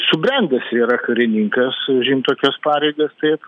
subrendęs yra karininkas užimt tokias pareigas taip